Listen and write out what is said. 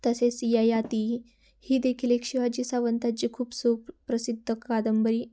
तसेच ययाति ही देखील एक शिवाजी सावंताची खूप सुप प्रसिद्ध कादंबरी